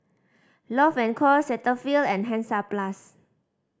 Love and Co Cetaphil and Hansaplast